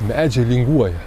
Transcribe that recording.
medžiai linguoja